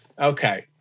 Okay